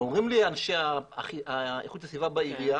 ואומרים לי אנשי איכות הסביבה בעירייה